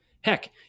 heck